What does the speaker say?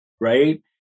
Right